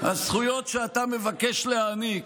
הזכויות שאתה מבקש להעניק,